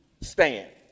stand